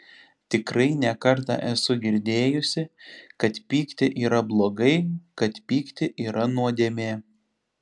tikrai ne kartą esu girdėjusi kad pykti yra blogai kad pykti yra nuodėmė